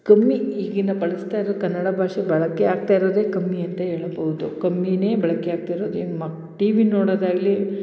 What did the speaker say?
ಕಮ್ಮಿ ಈಗಿನ ಬಳಸ್ತಾ ಇರೋದು ಕನ್ನಡ ಭಾಷೆ ಬಳಕೆ ಆಗ್ತಾ ಇರೋದೇ ಕಮ್ಮಿ ಅಂತ ಹೇಳಬೌದು ಕಮ್ಮಿಯೇ ಬಳಕೆ ಆಗ್ತಿರೋದು ಏನು ಮಾ ಟೀ ವಿನ ನೋಡೊದಾಗಲಿ